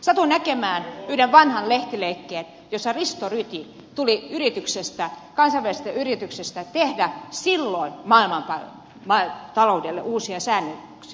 satuin näkemään yhden vanhan lehtileikkeen jossa risto ryti tuli yrityksestä kansainvälisestä yrityksestä tekemään silloin maailmantaloudelle uusia säännöksiä